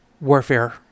Warfare